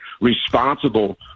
responsible